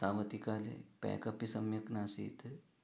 तावती काले पेक् अपि सम्यक् नासीत्